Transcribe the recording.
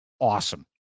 Awesome